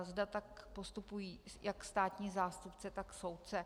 Zda tak postupují jak státní zástupce, tak soudce.